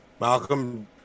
Malcolm